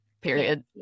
period